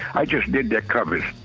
i just did their covers.